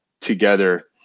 together